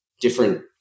different